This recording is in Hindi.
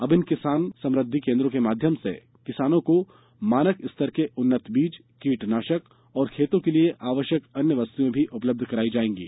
अब इन किसान समृध्दि केंद्रों के माध्यम से किसानों को मानक स्तर के उन्नत बीज कीटनाशक और ं खेती के लिए आवश्यक अन्य वस्तुएं भी उपलब्ध कराई जाएंगी